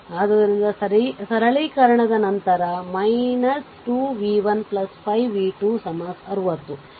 ಆದ್ದರಿಂದ ಸರಳೀಕರಣದ ನಂತರ 2 v 1 5 v 2 60